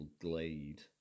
glade